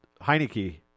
Heineke